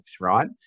right